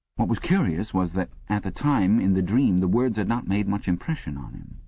what was curious was that at the time, in the dream, the words had not made much impression on him.